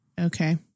Okay